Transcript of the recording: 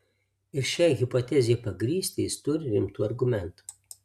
ir šiai hipotezei pagrįsti jis turi rimtų argumentų